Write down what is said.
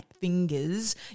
fingers